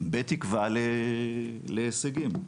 בתקווה להישגים.